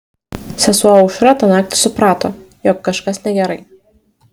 sesuo aušra tą naktį suprato jog kažkas negerai